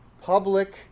Public